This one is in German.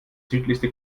südlichste